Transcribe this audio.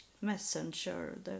messenger